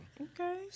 Okay